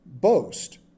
boast